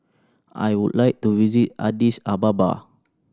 I would like to visit Addis Ababa